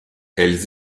elles